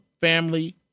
family